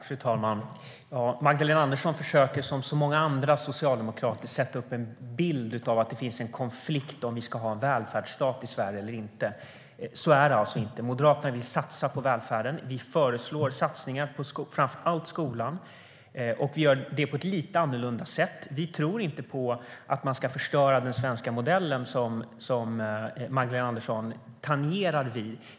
Fru talman! Magdalena Andersson försöker, som så många andra socialdemokrater, måla upp en bild av att det finns en konflikt gällande om vi ska ha en välfärdsstat i Sverige eller inte. Så är det inte. Moderaterna vill satsa på välfärden, och vi föreslår satsningar på framför allt skolan. Vi gör det på ett lite annorlunda sätt, för vi tror inte på att förstöra den svenska modellen på det sätt Magdalena Andersson tangerade.